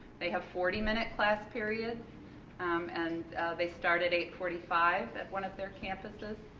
they have forty minute class periods and they start at eight forty five at one of their campuses,